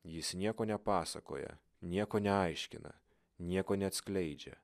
jis nieko nepasakoja nieko neaiškina nieko neatskleidžia